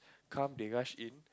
come they rush in